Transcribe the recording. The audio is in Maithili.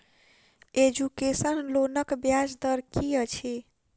एजुकेसन लोनक ब्याज दर की अछि?